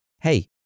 Hey